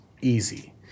easy